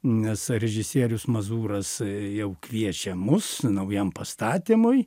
nes režisierius mazūras jau kviečia mus naujam pastatymui